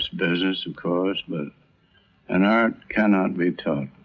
business, of course, but an art cannot be taught.